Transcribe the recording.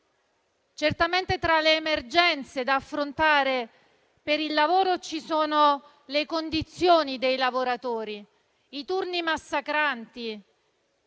Certamente tra le emergenze da affrontare per il lavoro ci sono le condizioni dei lavoratori e i turni massacranti.